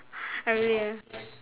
ah really ah